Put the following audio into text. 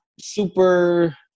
super